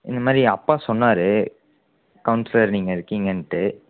இந்த மாதிரி அப்பா சொன்னார் கவுன்சிலர் நீங்கள் இருக்கிங்கன்ட்டு